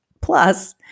Plus